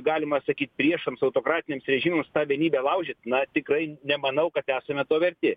galima sakyt priešams autokratiniams režimams tą vienybę laužyt na tikrai nemanau kad esame to verti